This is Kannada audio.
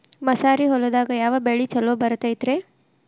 ಮಸಾರಿ ಹೊಲದಾಗ ಯಾವ ಬೆಳಿ ಛಲೋ ಬರತೈತ್ರೇ?